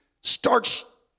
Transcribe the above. starts